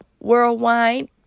worldwide